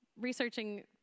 researching